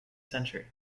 century